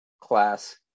class